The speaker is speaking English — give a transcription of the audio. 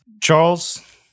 Charles